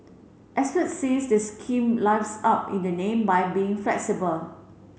experts says the scheme lives up in the name by being flexible